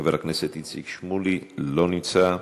חבר הכנסת איציק שמולי, לא נמצא,